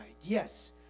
Yes